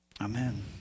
Amen